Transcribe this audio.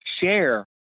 share